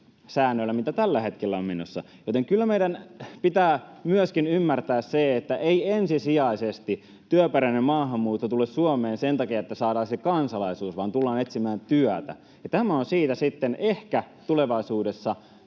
mitä tällä hetkellä on menossa, joten kyllä meidän pitää myöskin ymmärtää se, että ei työperäinen maahanmuutto tule Suomeen ensisijaisesti sen takia, että saadaan se kansalaisuus, vaan tullaan etsimään työtä. Tämä on siitä sitten ehkä tulevaisuudessa